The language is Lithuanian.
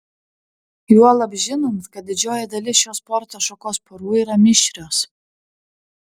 juolab žinant kad didžioji dalis šios sporto šakos porų yra mišrios